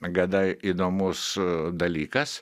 gana įdomus dalykas